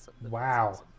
Wow